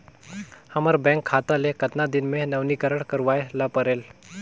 हमर बैंक खाता ले कतना दिन मे नवीनीकरण करवाय ला परेल?